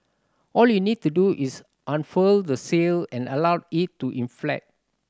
all you need to do is unfurl the sail and allow it to inflate